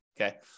Okay